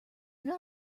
not